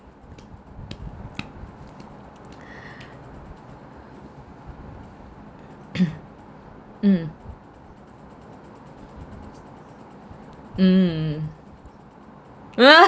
mm mm